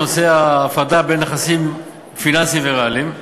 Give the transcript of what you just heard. בנושא ההפרדה בין נכסים פיננסיים וריאליים,